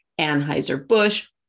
Anheuser-Busch